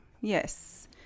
Yes